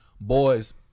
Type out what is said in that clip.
boys